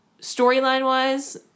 storyline-wise